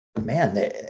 Man